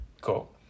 Cool